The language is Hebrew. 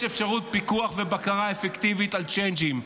אפשרות פיקוח ובקרה אפקטיבית על צ'יינג'ים,